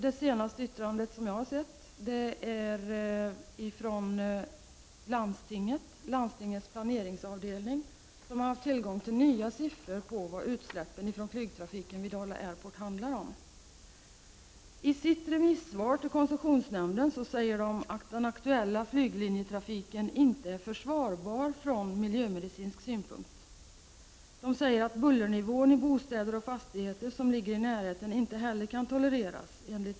Det senaste yttrande jag sett kommer från landstingets planeringsavdelning, som haft tillgång till nya siffror på utsläppen från flygtrafiken på Dala Airport. I sitt remissvar till koncessionsnämnden säger planeringsavdelningen att den aktuella flygtrafiken inte är försvarbar från miljömedicinsk synpunkt. Man säger att bullernivån i bostäder och fastigheter i närheten inte heller kan tolereras.